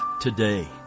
today